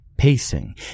pacing